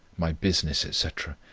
my business, etc,